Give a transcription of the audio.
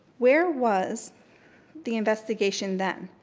where was the investigation then,